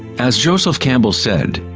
as joseph campbell said,